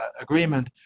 agreement